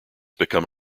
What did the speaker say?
become